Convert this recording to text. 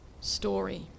story